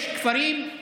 יש כפרים,